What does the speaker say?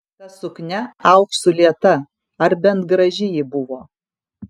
ta suknia auksu lieta ar bent graži ji buvo